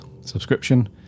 subscription